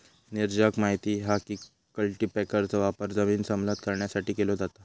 नीरजाक माहित हा की कल्टीपॅकरचो वापर जमीन समतल करण्यासाठी केलो जाता